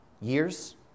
years